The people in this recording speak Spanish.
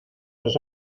has